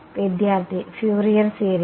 വിദ്യാർത്ഥി Fourier series